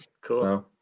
cool